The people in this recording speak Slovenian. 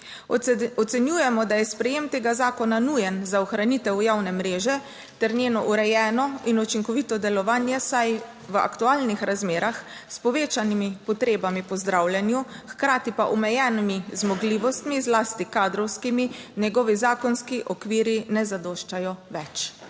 Ocenjujemo, da je sprejem tega zakona nujen za ohranitev javne mreže ter njeno urejeno in učinkovito delovanje, saj v aktualnih razmerah s povečanimi potrebami po zdravljenju, hkrati pa omejenimi zmogljivostmi, zlasti kadrovskimi, njegovi zakonski okvir ne zadoščajo več.